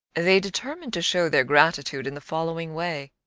they determined to show their gratitude in the following way.